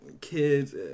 kids